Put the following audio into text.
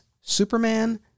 Superman